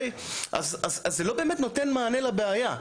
אז זה לא באמת נותן מענה לבעיה.